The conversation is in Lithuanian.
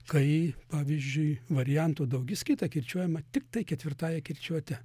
kai pavyzdžiui variantų daugiskaita kirčiuojama tiktai ketvirtąja kirčiuote